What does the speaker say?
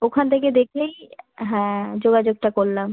ওখান থেকে দেখেই হ্যাঁ যোগাযোগটা করলাম